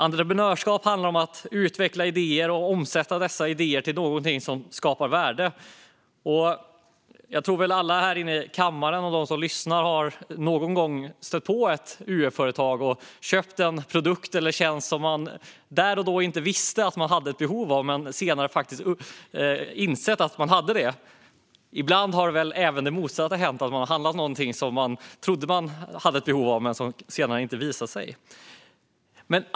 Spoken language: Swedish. Entreprenörskap handlar om att utveckla idéer och omsätta dessa i någonting som skapar värde. Jag tror att såväl alla här inne i kammaren som de som lyssnar någon gång har stött på ett UF-företag och köpt en produkt eller tjänst som man där och då inte visste att man hade ett behov av, men som man senare faktiskt insåg att man har ett behov av. Ibland har väl även det motsatta hänt, det vill säga att man har handlat någonting som man trodde att man hade behov av men som det senare visade sig att man inte har behov av.